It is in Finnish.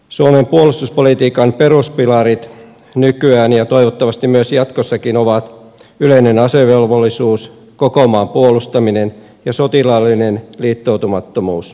suomen puolustuspolitiikan peruspilarit nykyään ja toivottavasti jatkossakin ovat yleinen asevelvollisuus koko maan puolustaminen ja sotilaallinen liittoutumattomuus